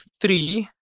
three